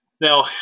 now